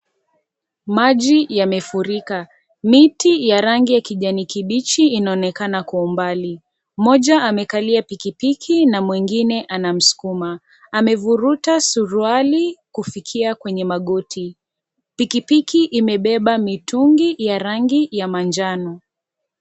Maji yamefurika, miti ya rangi ya kijani kibichi inaonekana kwa umbali, mmoja amekalia pikipiki na mwingine anamsukuma, amevuruta suruali kufikia kwenye magoti, pikipiki imebeba mitungi ya rangi ya manjano.